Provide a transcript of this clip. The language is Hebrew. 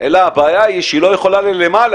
אלא הבעיה היא שהיא לא יכולה למעלה